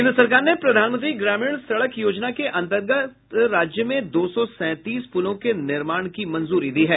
केंद्र सरकार ने प्रधानमंत्री ग्रामीण सड़क योजना के अंतर्गत राज्य में दो सौ सैंतीस पुलों के निर्माण की मंजूरी दी है